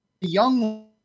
young